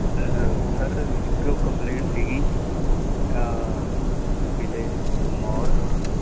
sir ਇੱਕ complaint ਸੀ village Pamor